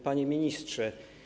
Panie Ministrze!